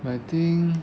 but I think